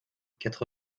quatre